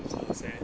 so sad